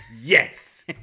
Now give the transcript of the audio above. Yes